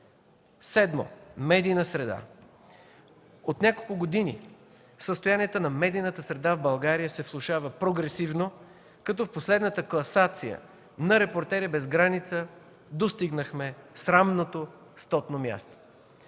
Седмо, медийна среда. От няколко години състоянието на медийната среда в България се влошава прогресивно, като в последната класация на „Репортери без граници” достигнахме срамното стотно място.